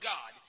God